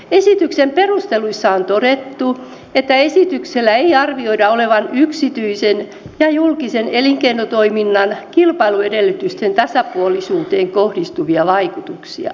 esityksen perusteluissa on todettu että esityksellä ei arvioida olevan yksityisen ja julkisen elinkeinotoiminnan kilpailuedellytysten tasapuolisuuteen kohdistuvia vaikutuksia